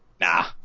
Nah